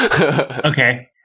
Okay